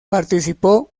participó